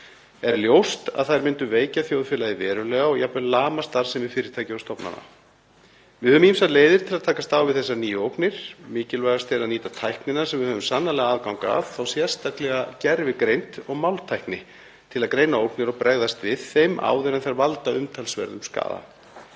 er ljóst að þær myndu veikja þjóðfélagið verulega og jafnvel lama starfsemi fyrirtækja og stofnana. Við höfum ýmsar leiðir til að takast á við þessar nýju ógnir. Mikilvægast er að nýta tæknina sem við höfum sannarlega aðgang að, þá sérstaklega gervigreind og máltækni til að greina ógnir og bregðast við þeim áður en þær valda umtalsverðum skaða.